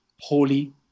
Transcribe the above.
holy